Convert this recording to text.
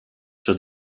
sur